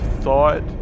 thought